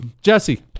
Jesse